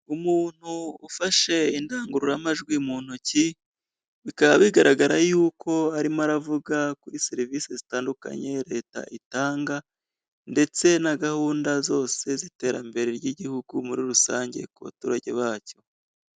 Umuntu ufashe indangururamajwi mu ntoki, bikaba bigaragara y'uko arimo aravuga kuri serivisi zitandukanye ya leta itanga, ndetse na gahunda zose z'iterambere ry'igihugu muri rusange ku baturage bacyo.